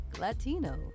Latino